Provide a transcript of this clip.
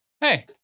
hey